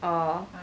orh